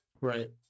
Right